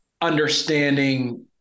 understanding